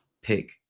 pick